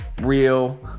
real